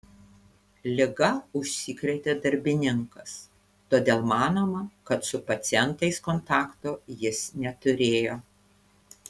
liga užsikrėtė darbininkas todėl manoma kad su pacientais kontakto jis neturėjo